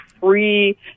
free